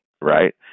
right